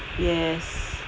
yes